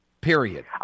period